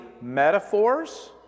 metaphors